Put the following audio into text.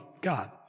God